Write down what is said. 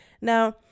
Now